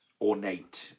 ornate